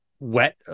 Wet